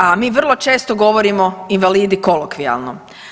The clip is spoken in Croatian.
A mi vrlo često govorimo invalidi kolokvijalno.